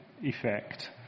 effect